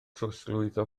trosglwyddo